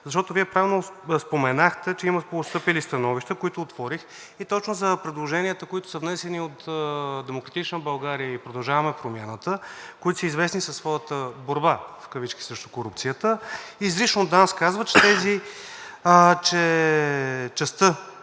Защото Вие правилно споменахте, че има постъпили становища, които отворих и точно за предложенията, които са внесени от „Демократична България“ и „Продължаваме Промяната“, които са известни със своята борба в кавички срещу корупцията, изрично от ДАНС казват, че частта,